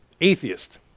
atheist